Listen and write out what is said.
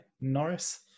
Norris